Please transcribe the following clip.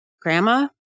grandma